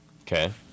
Okay